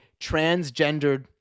transgendered